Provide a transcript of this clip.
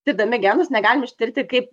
tirdami genus negalim ištirti kaip